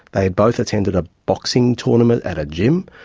they had both attended a boxing tournament at a gym,